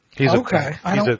Okay